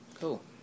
Cool